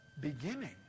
beginning